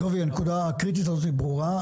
דובי, הנקודה הקריטית הזו ברורה.